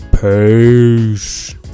Peace